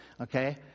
okay